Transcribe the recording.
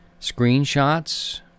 screenshots